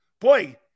Boy